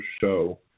show